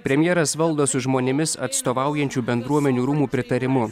premjeras valdo su žmonėmis atstovaujančių bendruomenių rūmų pritarimu